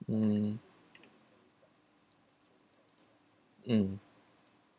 mm mm